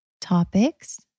topics